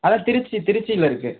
அதுதான் திருச்சி திருச்சியில் இருக்குது